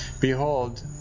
behold